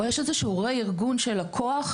או יש איזשהו רה-ארגון של הכוח,